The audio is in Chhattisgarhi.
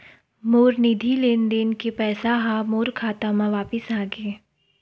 मोर निधि लेन देन के पैसा हा मोर खाता मा वापिस आ गे